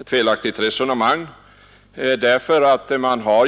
ett felaktigt resonemang.